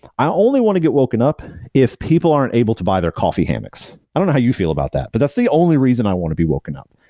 i only want to get woken up if people aren't able to buy their coffee hammocks. i don't know how you feel about that, but that's the only reason i want to be woken up.